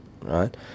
right